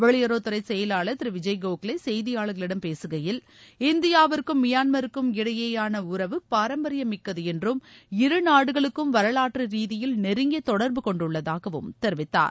வெளியுறவு துறை செயலாளர் திரு விஜய் கோகலே செய்தியாளர்களிடம் பேககையில் இந்தியாவிற்கும் மியான்மருக்கும் இடையேயான உறவு பாரம்பரியமிக்கது என்றும் இரு நாடுகளும் வரலாற்று ரீதியில் நெருங்கிய தொடர்பு கொண்டுள்ளதாகவும் தெரிவித்தார்